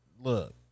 look